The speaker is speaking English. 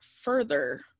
further